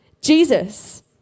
Jesus